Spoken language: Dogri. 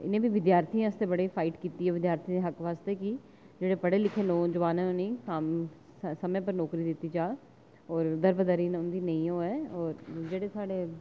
इ'नें बी विद्यार्थियें आस्तै बड़ी फाइट कीती ऐ विद्यार्थियें दे हक्क आस्तै कि जेह्ड़े पढ़े लिखे दे नौजवान उ'नेंगी समें पर नौकरी दित्ती जा और दर बदरी उं'दी जेह्ड़ी नेईं होवै और जेह्ड़े साढ़े